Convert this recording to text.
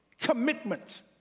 Commitment